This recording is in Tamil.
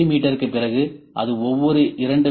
மீக்குப் பிறகு அல்லது ஒவ்வொரு 2 மி